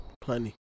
Plenty